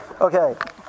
Okay